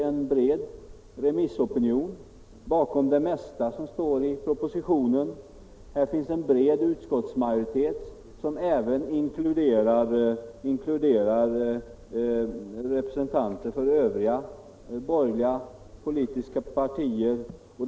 En bred remissopinion och en stor utskottsmajoritet, som även inkluderar representanter för övriga borgerliga partier, har ställt sig bakom det mesta som står i propositionen.